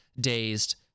dazed